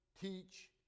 teach